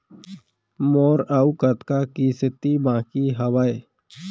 मोर अऊ कतका किसती बाकी हवय?